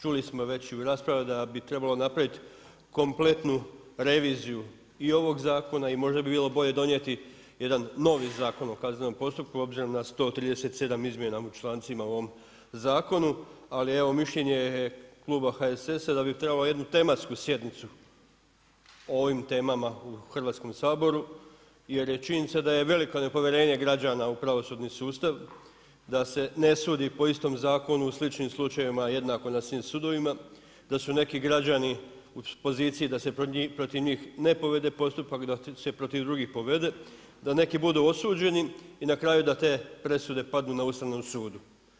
Čuli smo već u raspravama da bi trebalo napraviti kompletnu reviziju i ovog zakona i možda bi bilo bolje donijeti jedan novi Zakon o kaznenom postupku obzirom na 137 izmjena u člancima u ovom zakonu, ali evo mišljenje je klub HSS-a da bi trebalo jednu tematsku sjednicu o ovim temama u Hrvatsko saboru jer je činjenica da je veliko nepovjerenje građana u pravosudni sustav, da se ne sudi po istom zakonu u sličnim slučajevima jednako na svim sudovima, da su neki građani u poziciji da se protiv njih ne povede postupak, da se protiv drugi povede, da neki budu osuđeni, i na kraju da te presude padnu na Ustavnom sudu.